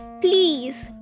Please